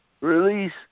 Release